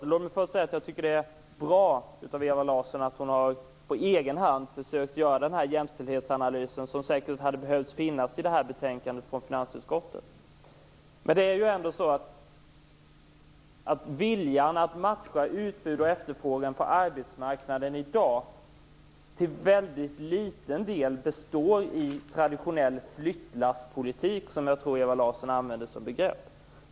Låt mig först säga att jag tycker att det är bra att Ewa Larsson på egen hand har försökt göra den jämställdhetsanalys som säkert hade behövts i det här betänkandet från finansutskottet. Men det är ändå så att viljan att matcha utbud och efterfrågan på arbetsmarknaden i dag till väldigt liten del består i traditionell flyttlasspolitik, det begrepp jag tror att Ewa Larsson använde.